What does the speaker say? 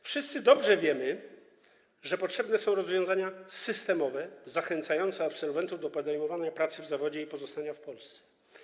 Wszyscy dobrze wiemy, że potrzebne są rozwiązania systemowe zachęcające absolwentów do podejmowania pracy w zawodzie i pozostania w Polsce.